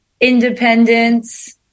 Independence